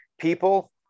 people